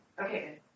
Okay